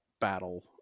battle